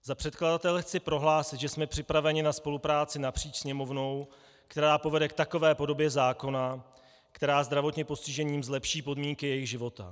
Za předkladatele chci prohlásit, že jsme připraveni na spolupráci napříč Sněmovnou, která povede k takové podobě zákona, která zdravotně postiženým zlepší podmínky jejich života.